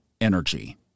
energy